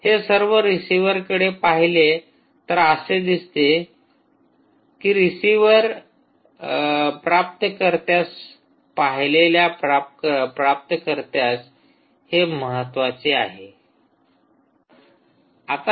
हे सर्व रिसीव्हरकडे पाहिले आहे असे दिसते रीसीव्हरवर प्राप्तकर्त्यास पाहिलेल्या प्राप्तकर्त्यास हे महत्वाचे आहे